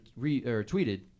retweeted